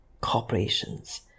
corporations